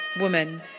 woman